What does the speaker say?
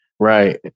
Right